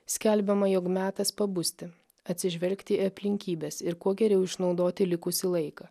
skelbiama jog metas pabusti atsižvelgti į aplinkybes ir kuo geriau išnaudoti likusį laiką